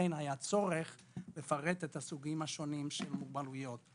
ולכן היה צורך לפרט את הסוגים השונים של מוגבלויות.